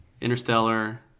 Interstellar